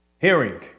hearing